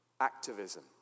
activism